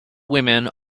women